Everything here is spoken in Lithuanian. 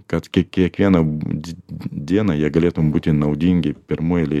kad ke kiekvieną d dieną jie galėtum būti naudingi pirmoj eilėj